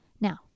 Now